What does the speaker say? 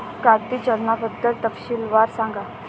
कागदी चलनाबद्दल तपशीलवार सांगा